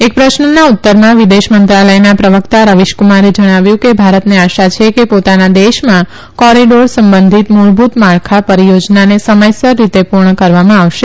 એક પ્રશ્નના ઉત્તરમાં વિદેશ મંત્રાલયના પ્રવકતા રવીશ કુમારે જણાવ્યું કે ભારતને આશા છે કે પોતાના દેશમાં કોરીડોર સંબંધિત મુળભુત માળખા પરીયોજનાને સમયસર રીતે પુર્ણ કરવામાં આવશે